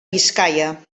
biscaia